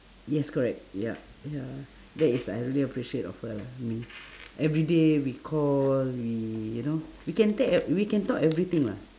yes correct yup ya that is I really appreciate of her lah I mean everyday we call we you know we can take we can talk everything lah